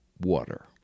water